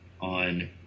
on